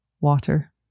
water